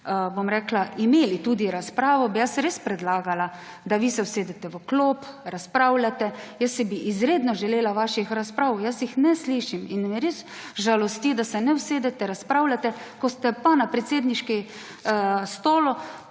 bi rekla, imeli tudi razpravo, bi res predlagala, da se vi usedete v klop, razpravljate. Jaz si bi izredno želela vaših razprav, jaz jih ne slišim in me res žalosti, da se ne usedete, razpravljate, ko ste pa na predsedniškem stolu,